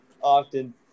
often